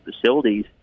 facilities